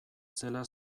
zela